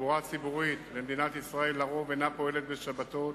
התחבורה הציבורית במדינת ישראל לרוב אינה פועלת בשבתות